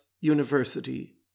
University